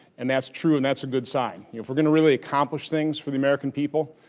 and that's true. and that's a good sign. if we're going to really accomplish things for the american people,